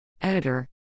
Editor